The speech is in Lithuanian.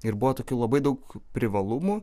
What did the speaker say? ir buvo tokių labai daug privalumų